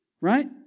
right